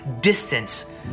distance